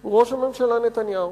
הוא ראש הממשלה נתניהו.